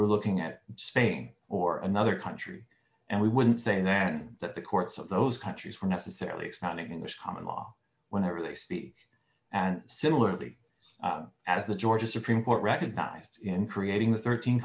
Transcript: re looking at spain or another country and we would say then that the courts of those countries were necessarily it's not english common law whenever they speak and similarly as the georgia supreme court recognized in creating the thirteen